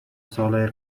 سالهای